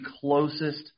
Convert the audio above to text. closest